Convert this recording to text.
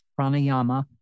pranayama